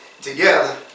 together